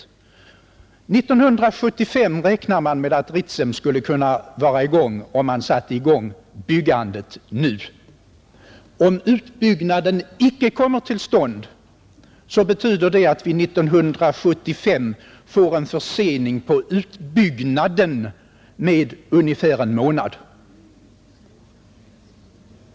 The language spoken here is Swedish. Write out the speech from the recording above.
År 1975 räknar man med att Ritsem skulle kunna vara i gång om man startade byggandet nu. Om utbyggnaden nu inte kommer till stånd betyder det att vi 1975 skulle få en försening med ungefär en månad.